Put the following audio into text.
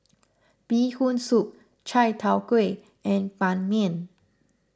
Bee Hoon Soup Chai Tow Kway and Ban Mian